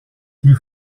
die